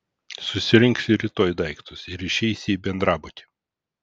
susirinksi rytoj daiktus ir išeisi į bendrabutį